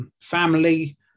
family